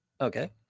Okay